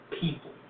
people